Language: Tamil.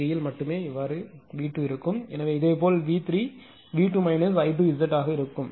எனவே இதேபோல் V3 V2 I2Z2 ஆக இருக்கும்